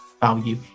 value